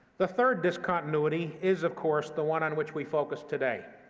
the third discontinuity is, of course, the one on which we focus today,